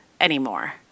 anymore